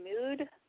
mood